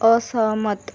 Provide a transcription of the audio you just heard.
असहमत